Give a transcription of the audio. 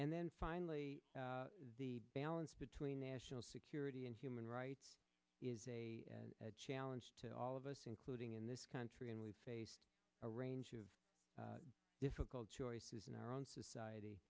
and then finally the balance between national security and human rights is a challenge to all of us including in this country and we face a range of difficult choices in our own society